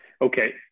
Okay